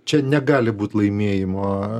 čia negali būt laimėjimo